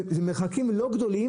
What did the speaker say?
אלה מרחקים לא גדולים,